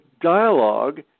dialogue